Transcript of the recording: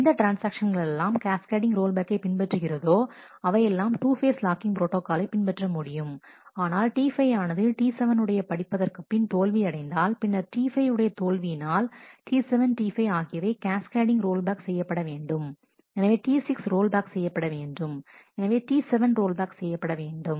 எந்த ட்ரான்ஸ்ஆக்ஷன்களெல்லாம் cascading ரோல் பேக்கை பின்பற்றுகிறதோ அவையெல்லாம் 2 ஃபேஸ் லாக்கிங் ப்ரோட்டாகாலை பின்பற்ற முடியும் ஆனால் T5 ஆனது T7 உடைய படிப்பதற்கு பின் தோல்வியடைந்தால் பின்னர் T5 உடைய தோல்வியினால் T7T5 ஆகியவை கேஸ் கேடிங் ரோல்பேக் செய்யப்பட வேண்டும் எனவே T6 ரோல்பேக் செய்யப்படவேண்டும் எனவே T7 ரோல்பேக் செய்யப்படவேண்டும்